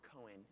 Cohen